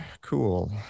Cool